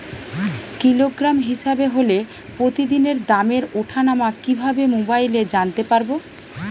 Kilogram হিসাবে হলে প্রতিদিনের দামের ওঠানামা কিভাবে মোবাইলে জানতে পারবো?